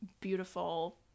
beautiful